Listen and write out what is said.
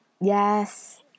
Yes